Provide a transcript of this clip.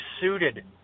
suited